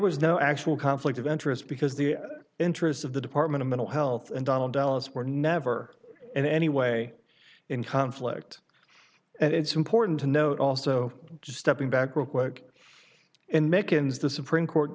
was no actual conflict of interest because the interests of the department of mental health and donald ellis were never in any way in conflict and it's important to note also just stepping back real quick in mickens the supreme court